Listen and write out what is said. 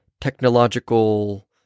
technological